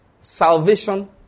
Salvation